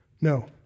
No